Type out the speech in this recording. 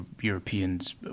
Europeans